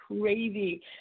crazy